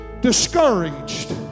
discouraged